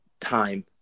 time